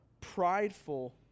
prideful